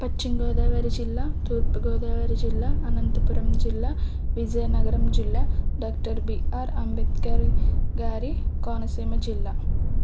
పశ్చిమ గోదావరి జిల్లా తూర్పు గోదావరి జిల్లా అనంతపురం జిల్లా విజయనగరం జిల్లా డాక్టర్ బిఆర్ అంబేద్కర్గారి కోనసీమ జిల్లా